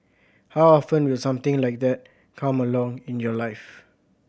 how often will something like that come along in your life